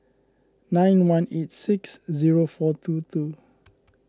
nine one eight six zero four two two